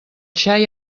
xai